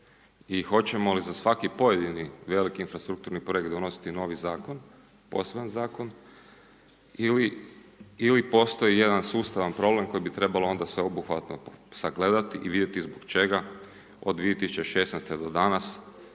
i hoćemo li za svaki pojedini veliki infrastrukturni projekt, donositi novi Zakon, poseban Zakon ili postoji jedan sustavan problem koji bi trebalo onda sveobuhvatno sagledati i vidjeti zbog čega od 2016. do danas,